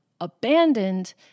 abandoned